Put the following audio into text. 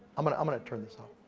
i'm gonna i'm gonna turn this on.